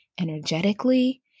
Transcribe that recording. energetically